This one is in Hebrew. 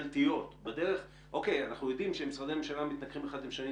אנחנו יודעים שמשרדי הממשלה מתנגחים אחד עם השני,